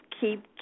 keep